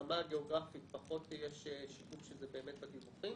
הרמה הגאוגרפית פחות יש שיקוף של זה בדיווחים.